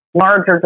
larger